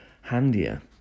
handier